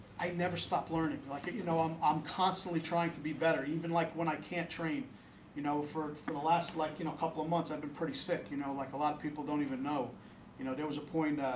i never stop learning i think you know i'm um constantly trying to be better even like when i can't train you know for for the last like you know a couple of months. i've been pretty sick you know like a lot of people don't even know you know there was point.